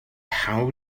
how